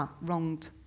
wronged